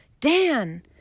dan